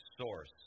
source